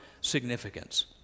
significance